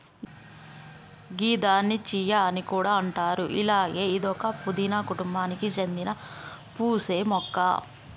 గిదాన్ని చియా అని కూడా అంటారు అలాగే ఇదొక పూదీన కుటుంబానికి సేందిన పూసే మొక్క